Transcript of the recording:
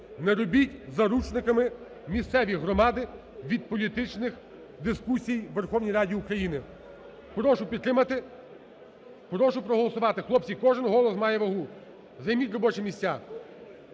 Не робіть заручниками місцеві громади від політичних дискусій у Верховній Раді України. Прошу підтримати, прошу проголосувати. Хлопці, кожен голос має вагу. Займіть робочі місця.